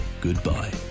goodbye